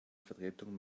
vertretung